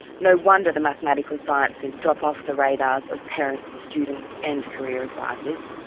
no wonder the mathematical sciences drop off the radars of parents, students and career advisors.